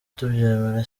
tubyemera